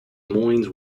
moines